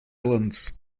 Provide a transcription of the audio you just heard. islands